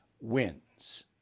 wins